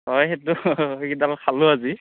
অঁ সেইটো সেইকিটা মই খালোঁ আজি